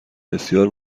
بسیار